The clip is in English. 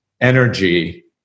energy